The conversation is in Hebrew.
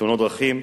בתאונות דרכים,